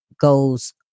goes